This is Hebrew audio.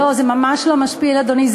לא, זה ממש לא משפיל, אדוני.